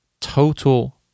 Total